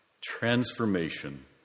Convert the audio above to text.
transformation